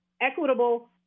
equitable